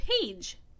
page